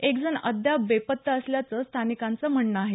एक जण अद्याप बेपत्ता असल्याचं स्थानिकांचं म्हणणं आहे